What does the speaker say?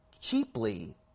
cheaply